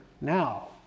now